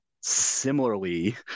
similarly